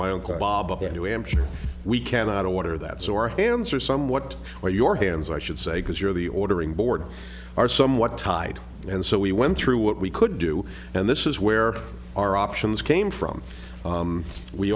my uncle bob a new hampshire we cannot of water that so our hands are somewhat where your hands i should say because you're the ordering board are somewhat tied and so we went through what we could do and this is where our options came from